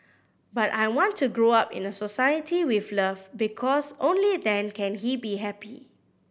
but I want to grow up in a society with love because only then can he be happy